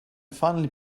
finally